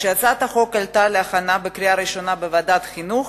כשהצעת החוק עלתה להכנה בקריאה הראשונה בוועדת החינוך,